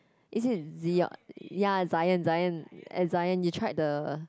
is it Zio~ ya Zion Zion at Zion you tried the